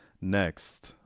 Next